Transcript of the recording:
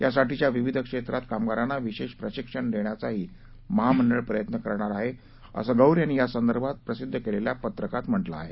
या साठीच्या विविध क्षेत्रात कामगारांना विशेष प्रशिक्षण देण्याचाही महामंडळ प्रयत्न करणार आहे असं गौर यांनी यासंदर्भात प्रसिद्ध केलेल्या पत्रकात म्हटलं आहे